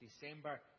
December